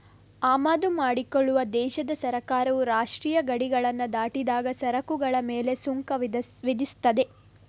ಆಮದು ಮಾಡಿಕೊಳ್ಳುವ ದೇಶದ ಸರ್ಕಾರವು ರಾಷ್ಟ್ರೀಯ ಗಡಿಗಳನ್ನ ದಾಟಿದಾಗ ಸರಕುಗಳ ಮೇಲೆ ಸುಂಕ ವಿಧಿಸ್ತದೆ